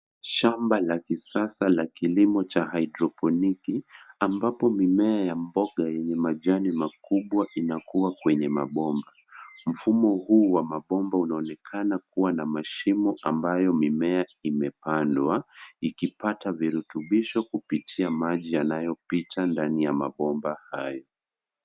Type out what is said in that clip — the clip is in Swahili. Shamba la kisasa la kilimo cha hydroponiki ambapo mimea ya mboga yenye majani makubwa inakua kwenye mapomba. Mfumo huu wa mapomba unaonekana kuwa na mashimo ambayo mimea imepandwa ukipata virutupisho kupitia maji yanayopita ndani ya mapomba hayo.